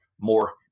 more